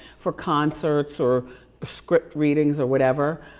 for concerts or script readings or whatever.